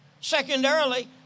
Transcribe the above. Secondarily